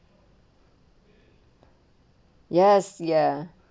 yes ya